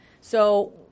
So-